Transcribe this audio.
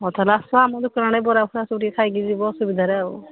ହଉ ତା'ହେଲେ ଆସ ଆମ ଦୋକାନ ଆଡ଼େ ବରା ଫରା ସବୁ ଟିକେ ଖାଇକି ଯିବ ସୁବିଧାରେ ଆଉ